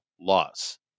loss